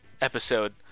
episode